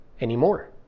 anymore